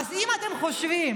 אז אם אתם חושבים,